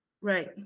right